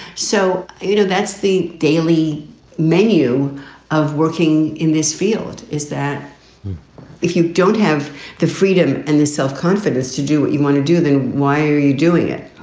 so, you know, that's the daily menu of working in this field, is that if you don't have the freedom and the self-confidence to do what you want to do, then why are you doing it?